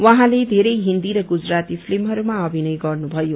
उहाँले पेरै हिन्दी र गुजराती फिल्महरूमा अभिनय गर्नुभयो